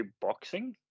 boxing